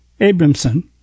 Abramson